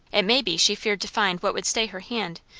it may be she feared to find what would stay her hand,